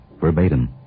verbatim